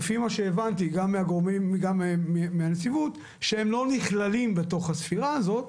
לפי מה שהבנתי גם מהנציבות שהם לא נכללים בתוך הספירה הזאת.